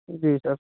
جی سر